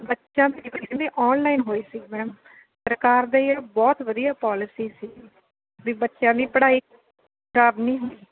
ਬੱਚਿਆਂ ਦੀ ਔਨਲਾਈਨ ਹੋਈ ਸੀ ਮੈਮ ਸਰਕਾਰ ਦਾ ਇਹ ਬਹੁਤ ਵਧੀਆ ਪੋਲਿਸੀ ਸੀ ਵੀ ਬੱਚਿਆਂ ਦੀ ਪੜ੍ਹਾਈ ਖ਼ਰਾਬ ਨਹੀਂ ਹੋਈ